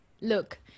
look